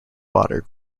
water